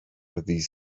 ddydd